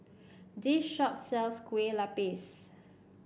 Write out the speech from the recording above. this shop sells Kueh Lapis